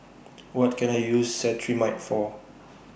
What Can I use Cetrimide For